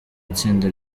itsinda